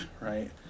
Right